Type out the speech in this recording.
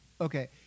Okay